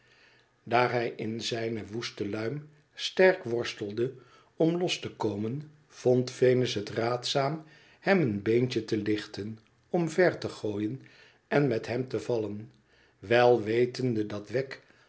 hij in zijne woeste luim sterk worstelde om los te komen vond venus het raadzaam hem een beentje te lichten omver te gooien en met hem te vallen wel wetende dat wegg